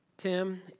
Tim